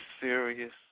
serious